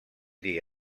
dir